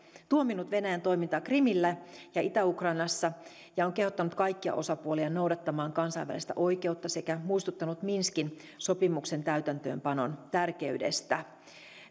tuominnut venäjän toiminnan krimillä ja itä ukrainassa ja on kehottanut kaikkia osapuolia noudattamaan kansainvälistä oikeutta sekä muistuttanut minskin sopimuksen täytäntöönpanon tärkeydestä